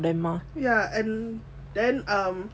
ya and then um